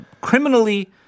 criminally